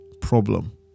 problem